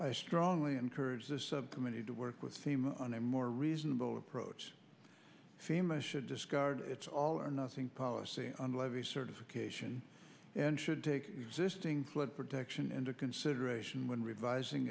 i strongly encourage the subcommittee to work with theme of a more reasonable approach fema should discard its all or nothing policy on levy certification and should take existing flood protection into consideration when revising